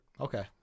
Okay